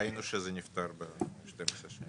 ראינו שזה נפתר ב-12 השנים.